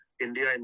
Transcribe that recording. India